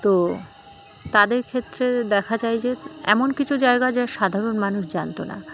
তো তাদের ক্ষেত্রে দেখা যায় যে এমন কিছু জায়গা যা সাধারণ মানুষ জানতো না